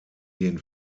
den